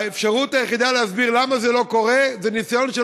האפשרות היחידה להסביר למה זה לא קורה זה ניסיון של